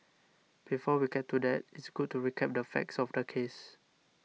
before we get to that it's good to recap the facts of the case